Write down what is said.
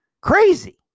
Crazy